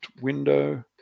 window